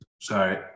sorry